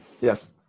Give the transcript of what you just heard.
Yes